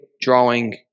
drawing